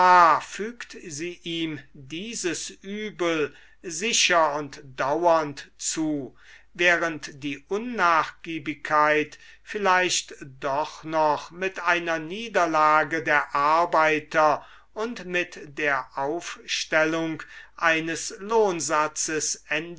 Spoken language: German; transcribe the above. fügt sie ihm dieses übel sicher und dauernd zu während die unnachgiebigkeit vielleicht doch noch mit einer niederlage der arbeiter und mit der aufstellung eines